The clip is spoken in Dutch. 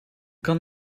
kan